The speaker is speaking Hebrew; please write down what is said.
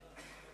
מצב